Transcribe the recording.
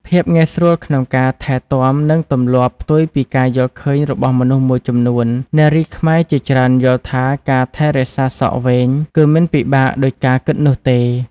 ភាពងាយស្រួលក្នុងការថែទាំ និងទម្លាប់ ផ្ទុយពីការយល់ឃើញរបស់មនុស្សមួយចំនួន នារីខ្មែរជាច្រើនយល់ថាការថែរក្សាសក់វែងគឺមិនពិបាកដូចការគិតនោះទេ។